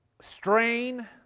Strain